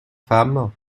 femme